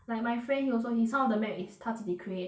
like my friend he also his some of the map is 他自己 create